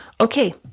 Okay